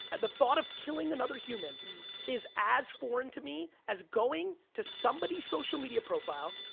the thought of killing another human is as foreign to me as going to somebody's social media profile,